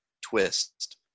twist